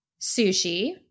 sushi